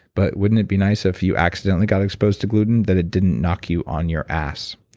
but wouldn't it be nice if you accidentally got exposed to gluten, that it didn't knock you on your ass?